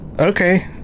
okay